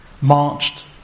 marched